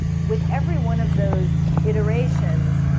with every one of those iterations,